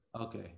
Okay